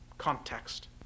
context